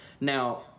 Now